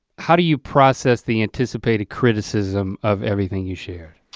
how do you process the anticipated criticism of everything you shared?